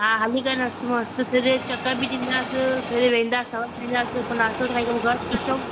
हा हली करे मस्त मस्त फिरे चक्कर बि ॾींदासि फिरे वहींदासि हवा में पो नास्तो खाई करे घरु अचऊं